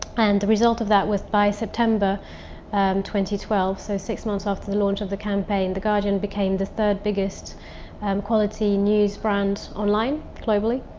and the result of that was by september um twelve, so six months after the launch of the campaign. the guardian became the third biggest um quality news brand online, globally.